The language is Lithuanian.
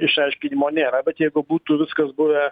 išaiškinimo nėra bet jeigu būtų viskas buvę